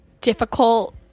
difficult